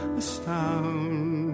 astound